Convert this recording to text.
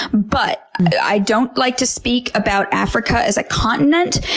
but i don't like to speak about africa as a continent.